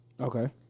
Okay